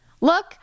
Look